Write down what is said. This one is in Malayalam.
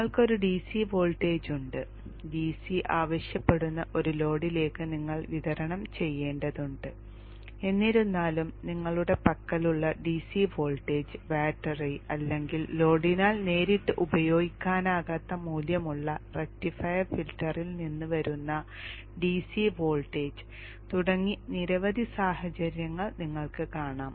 നിങ്ങൾക്ക് ഒരു ഡിസി വോൾട്ടേജ് ഉണ്ട് ഡിസി ആവശ്യപ്പെടുന്ന ഒരു ലോഡിലേക്ക് നിങ്ങൾ വിതരണം ചെയ്യേണ്ടതുണ്ട് എന്നിരുന്നാലും നിങ്ങളുടെ പക്കലുള്ള ഡിസി വോൾട്ടേജ് ബാറ്ററി അല്ലെങ്കിൽ ലോഡിനാൽ നേരിട്ട് ഉപയോഗിക്കാനാകാത്ത മൂല്യമുള്ള റക്റ്റിഫയർ ഫിൽട്ടറിൽ നിന്ന് വരുന്ന ഡിസി വോൾട്ടേജ് തുടങ്ങി നിരവധി സാഹചര്യങ്ങൾ നിങ്ങൾക്ക് കാണാം